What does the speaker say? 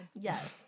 Yes